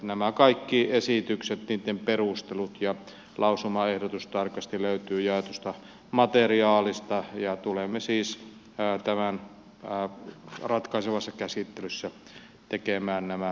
nämä kaikki esitykset niiden perustelut ja lausumaehdotus tarkasti löytyvät jaetusta materiaalista ja tulemme siis ratkaisevassa käsittelyssä tekemään nämä muutosesitykset